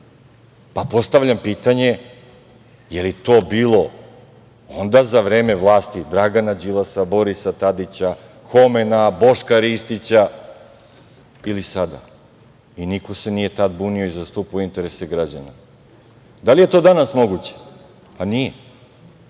pa postavljam pitanje da li je to bilo onda za vreme vlasti Dragana Đilasa, Borisa Tadića, Homena, Boška Ristića ili sada i niko se tada nije bunio i zastupao interese građana. Da li je to danas moguće? Nije.